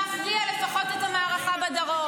להכריע לפחות את המערכה בדרום.